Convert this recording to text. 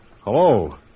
hello